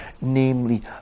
namely